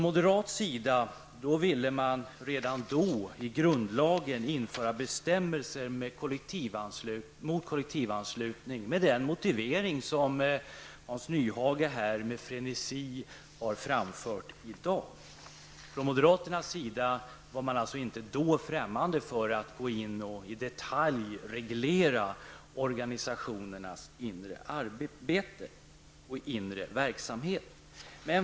Moderaterna ville redan då i grundlagen införa bestämmelser mot kollektivanslutning och detta med den motivering som Hans Nyhage här i dag har framfört med frenesi. Moderaterna var alltså inte då främmande för att gå in och i detalj reglera organisationernas inre arbete och inre verksamhet.